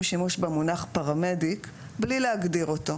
שימוש במונח "פרמדיק" בלי להגדיר אותו.